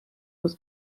was